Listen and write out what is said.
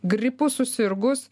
gripu susirgus